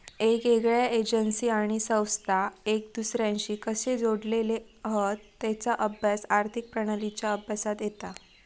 येगयेगळ्या एजेंसी आणि संस्था एक दुसर्याशी कशे जोडलेले हत तेचा अभ्यास आर्थिक प्रणालींच्या अभ्यासात येता